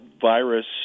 virus